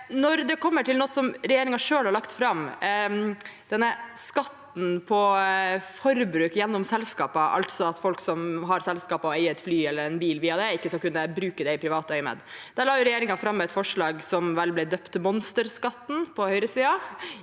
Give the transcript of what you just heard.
Når det gjelder noe som regjeringen selv har lagt fram, skatt på forbruk gjennom selskap, altså at folk som har et selskap og eier et fly eller en bil via det, ikke skal kunne bruke det i privat øyemed, la regjeringen fram et forslag som vel ble døpt monsterskatten av høyresiden.